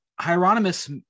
Hieronymus